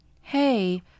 hey